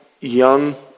young